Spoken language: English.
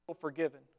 forgiven